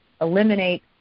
eliminate